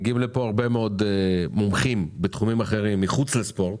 מגיעים לפה הרבה מאוד מומחים בתחומים אחרים מחוץ לספורט,